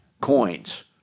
coins